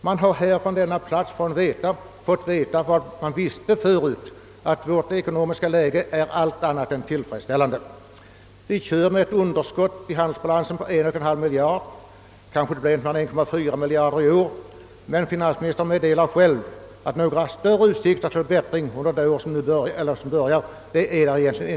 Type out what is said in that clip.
Man har i dag från denna plats fått veta vad man visste förut, nämligen att vårt ekonomiska läge är allt annat än tillfredsställande. Det finns ett underskott i bandelsbalansen på 1,5 miljard — kanske det inte blir mer än 1,4 miljard i år, men finansministern meddelar själv att det inte finns några större utsikter till bättring under det år som nu börjat.